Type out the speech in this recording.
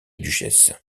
duchesse